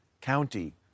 county